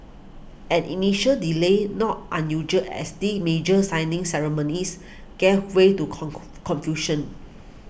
an initial delay not unusual at these major signing ceremonies gave way to confusion